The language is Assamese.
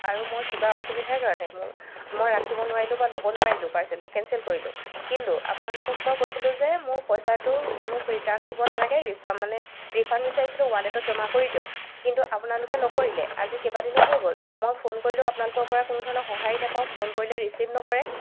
আৰু মই কিবা অসুবিধাৰ কাৰণে মোৰ মই ৰাখিব নোৱাৰিলো বা ল'ব নোৱাৰিলো পাৰ্চেলটো কেঞ্চেল কৰিলো কিন্তু আপোনালোকক মই কৈছিলো যে মোক পইচাটো মোক ৰিটাৰ্ণ দিব নালাগে ৰি মানে ৰিফাণ্ড বিচাৰিছিলো ৱালেটত জমা কৰি দিয়ক কিন্তু আপোনালোকে নকৰিলে আজি কেইবাদিনো হৈ গ'ল মই ফোন কৰিলেও আপোনালোকৰ পৰা কোনোধৰণৰ সঁহাৰি নেপাওঁ ফোন কৰিলে ৰিচিভ নকৰে